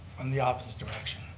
from the opposite direction.